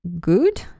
good